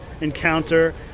encounter